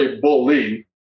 bully